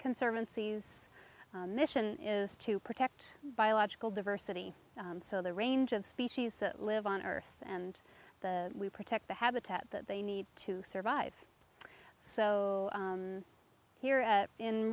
conservancy mission is to protect biological diversity so the range of species that live on earth and the we protect the habitat that they need to survive so here